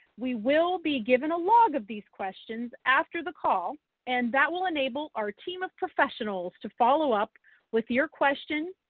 we will be given a log of these questions after the call and that will enable our team of professionals to follow up with your question,